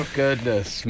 goodness